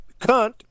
Cunt